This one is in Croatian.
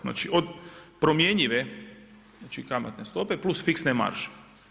Znači od promjenjive, znači kamatne stope plus fiksne marže.